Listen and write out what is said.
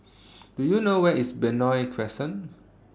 Do YOU know Where IS Benoi Crescent